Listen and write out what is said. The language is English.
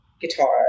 guitar